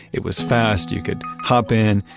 it was fast. you could hop in,